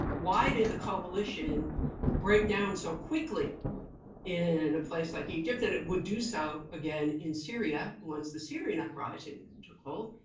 why did the coalition break down so quickly in a place like egypt? and it would do so again in syria, once the syrian uprising took hold.